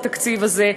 התקציב הזה,